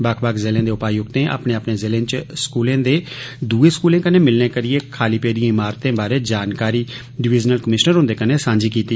बक्ख बक्ख ज़िलें दे उपायुक्तें अपने अपने ज़िलें च स्कूलें दे दुए स्कूलें कन्नै मिलने करियै खाली पेदी ईमारतें बारी जानकारी गी डिवीजनल कमीषनर हुन्दे कन्नै सांझी कीता